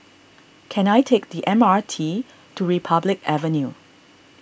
can I take the M R T to Republic Avenue